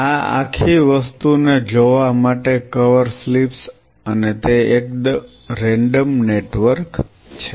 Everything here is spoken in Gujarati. આ આખી વસ્તુને જોવા માટે કવર સ્લિપ્સ અને તે એકદમ રેન્ડમ નેટવર્ક છે